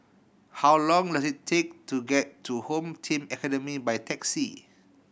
how long does it take to get to Home Team Academy by taxi